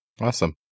Awesome